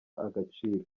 agaciro